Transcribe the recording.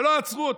ולא עצרו אותו.